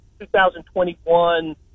2021